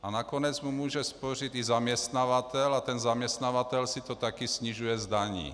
A nakonec mu může spořit i zaměstnavatel a ten zaměstnavatel si to taky snižuje z daní.